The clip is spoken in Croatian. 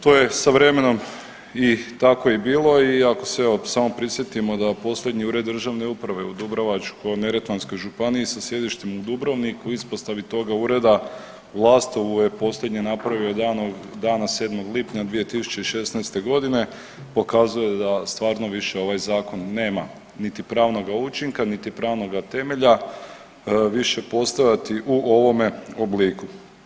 To je sa vremenom tako i bilo i ako se evo samo prisjetim da posljednji Ured državne uprave u Dubrovačko-neretvanskoj županiji sa sjedištem u Dubrovniku u ispostavi toga ureda u Lastovu je posljednje napravio dana 7. lipnja 2016. godine pokazuje da stvarno više ovaj zakon nema niti pravnoga učinka, niti pravnoga temelja više postojati u ovome obliku.